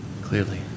Clearly